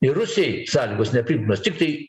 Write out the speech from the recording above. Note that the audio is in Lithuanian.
ir rusijai sąlygos nepriimtinos tiktai